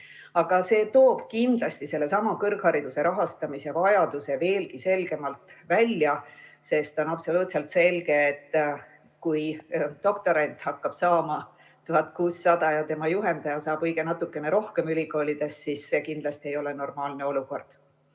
Aga see toob kindlasti sellesama kõrghariduse rahastamise vajaduse veelgi selgemalt välja, sest on absoluutselt selge, et kui doktorant hakkab saama 1600 ja tema juhendaja saab ülikoolis õige natukene rohkem, siis see kindlasti ei ole normaalne olukord.